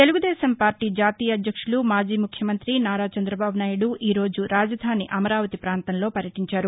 తెలుగు దేశం పార్టీ జాతీయ అధ్యక్షులు మాజీ ముఖ్యమంతి నారా చంద్రబాబునాయుడు ఈరోజు రాజధాని అమరావతి ప్రాంతంలో పర్యటించారు